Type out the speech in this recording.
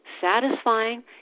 satisfying